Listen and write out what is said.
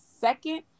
second